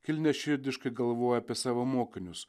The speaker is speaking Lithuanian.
kilniaširdiškai galvojo apie savo mokinius